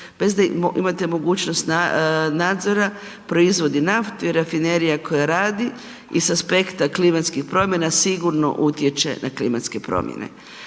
bez da imate mogućnost nadzora proizvodi naftu i rafinerija koja radi iz aspekta klimatskih promjena sigurno utječe na klimatske promjene.